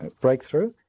breakthrough